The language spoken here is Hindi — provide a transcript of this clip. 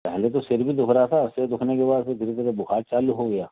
पहले तो सर भी दुख रहा था सर दुखने के बाद धीरे धीरे बुखार चालू हो गया